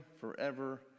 forever